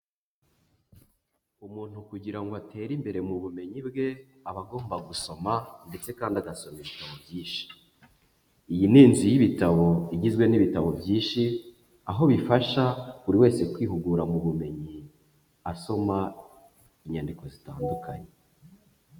Umuntu kugira ngo atere imbere mu bumenyi bwe aba agomba gusoma ndetse kandi agasaba ibitabo byinshi, iyi ni inzu y'ibitabo igizwe n'ibitabo byinshi aho bifasha buri wese kwihugura mu bumenyi, asoma inyandiko zitandukanye.